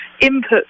input